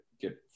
get